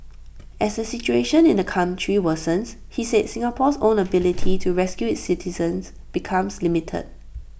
as the situation in the country worsens he said Singapore's own ability to rescue its citizens becomes limited